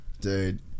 dude